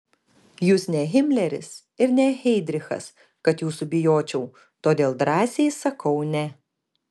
jūs ne himleris ir ne heidrichas kad jūsų bijočiau todėl drąsiai sakau ne